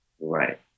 Right